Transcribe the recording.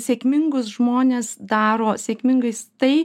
sėkmingus žmones daro sėkmingais tai